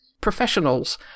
professionals